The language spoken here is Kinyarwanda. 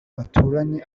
baturanye